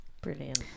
brilliant